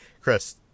Chris